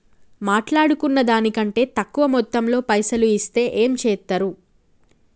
మాట్లాడుకున్న దాని కంటే తక్కువ మొత్తంలో పైసలు ఇస్తే ఏం చేత్తరు?